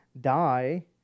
die